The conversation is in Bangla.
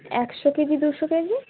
একশো কেজি দুশো কেজি